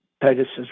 Pegasus